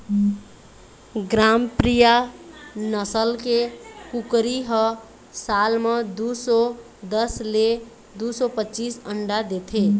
ग्रामप्रिया नसल के कुकरी ह साल म दू सौ दस ले दू सौ पचीस अंडा देथे